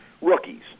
Rookies